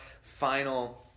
final